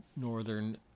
northern